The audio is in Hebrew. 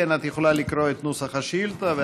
את יכולה לקרוא את נוסח השאילתה,